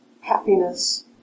happiness